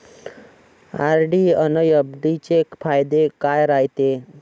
RD अन FD चे फायदे काय रायते?